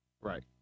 Right